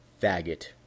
faggot